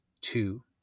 two